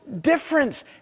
difference